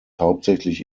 hauptsächlich